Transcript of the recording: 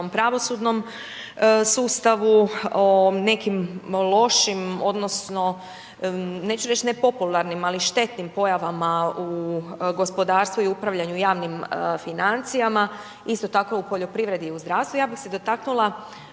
pravosudnom sustavu, o nekim lošim odnosno neću reći nepopularnim, ali štetnim pojavama u gospodarstvu i upravljanju javnim financijama, isto tako u poljoprivredi i u zdravstvu. Ja bih se dotaknula